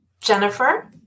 Jennifer